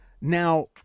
now